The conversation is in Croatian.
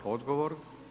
Odgovor.